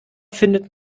findet